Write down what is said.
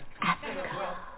Africa